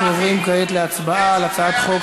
אנחנו עוברים כעת להצבעה על הצעת חוק